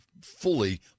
fully